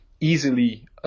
easily